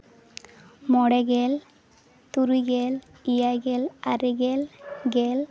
ᱢᱚᱬᱮ ᱜᱮᱞ ᱛᱩᱨᱩᱭ ᱜᱮᱞ ᱮᱭᱟᱭ ᱜᱮᱞ ᱟᱨᱮ ᱜᱮᱞ ᱜᱮᱞ